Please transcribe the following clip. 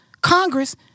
Congress